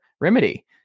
remedy